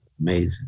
Amazing